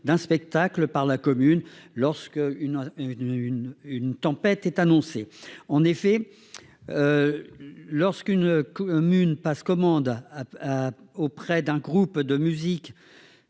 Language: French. d'un spectacle par la commune lorsqu'une tempête est annoncée. En effet, lorsqu'une commune passe commande auprès d'un groupe de musique